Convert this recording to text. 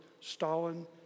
Stalin